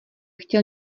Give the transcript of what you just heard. chtěl